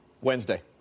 Wednesday